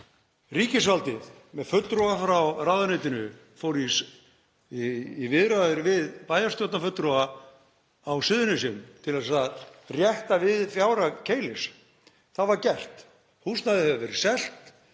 Ríkisvaldið með fulltrúum frá ráðuneytinu fór í viðræður við bæjarstjórnarfulltrúa á Suðurnesjum til að rétta við fjárhag Keilis. Það var gert. Húsnæðið hefur verið selt.